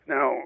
Now